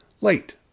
late